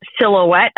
silhouette